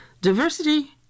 Diversity